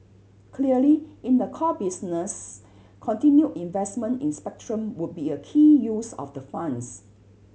clearly in the core business continued investment in spectrum would be a key use of the funds